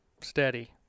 steady